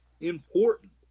important